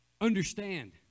Understand